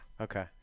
Okay